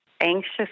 anxious